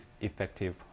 effective